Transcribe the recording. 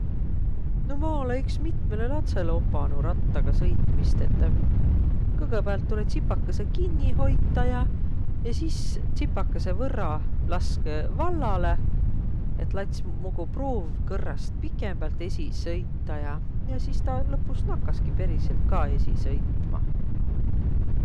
No ma olõ iks mitmõlõ latsõlõ opanuq rattaga sõitmist. Et kõgõpäält tulõ tsipakõsõ kinniq hoitaq ja, ja sis tsipakõsõvõrra laskõq vallalõ, et lats muguq pruuv kõrrast pikembält esiq sõitaq ja sis tä lõpus nakkaski eisiq ka sõitma.